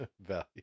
value